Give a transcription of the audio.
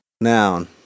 Noun